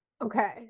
Okay